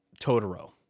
Totoro